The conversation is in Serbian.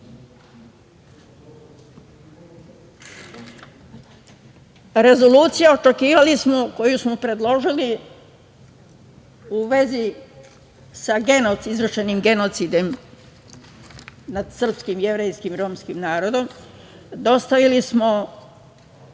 razumni. Rezolucija, očekivali smo, koju smo predložili u vezi sa izvršenim genocidom nad srpskim, jevrejskim, romskim narodom, dostavili smo